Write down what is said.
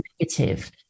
negative